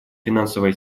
финансовая